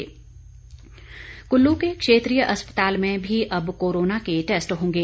Covid test Kullu के क्षेत्रीय अस्पताल में भी अब कोरोना के टैस्ट होंगे